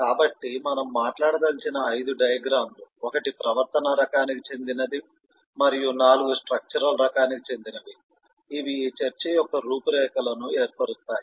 కాబట్టి మనము మాట్లాడదలిచిన ఐదు డయాగ్రమ్ లు ఒకటి ప్రవర్తనా రకానికి చెందినవి మరియు నాలుగు స్ట్రక్చరల్ రకానికి చెందినవి ఇవి ఈ చర్చ యొక్క రూపురేఖలను ఏర్పరుస్తాయి